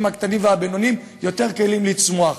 הקטנים והבינוניים יותר כלים לצמוח.